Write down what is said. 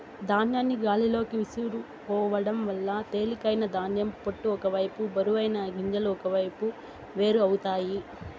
ధాన్యాన్ని గాలిలోకి విసురుకోవడం వల్ల తేలికైన ధాన్యం పొట్టు ఒక వైపు బరువైన గింజలు ఒకవైపు వేరు అవుతాయి